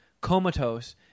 comatose